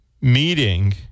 meeting